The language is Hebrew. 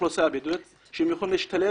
באוכלוסייה הערבית והם יכולים להשתלב